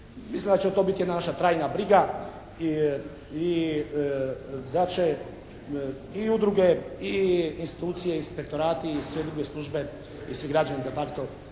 Mislim da će to biti jedna naša trajna briga i da će i udruge i institucije i inspektorati i sve druge službe i svi građani de facto morati